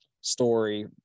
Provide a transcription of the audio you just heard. story